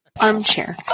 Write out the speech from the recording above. armchair